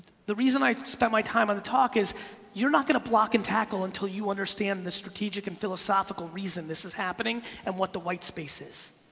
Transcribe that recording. the reason i spent my time on the talk is you're not gonna block and tackle until you understand the strategic and philosophical reason this is happening and what the white space is,